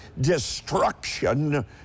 destruction